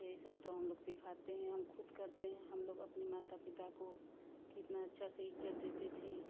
यही सब तो हम लोग सिखाते हैं हम खुद करते हैं हम लोग अपने माता पिता को कितना अच्छा से इज़्ज़त देते थे